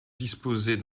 disposer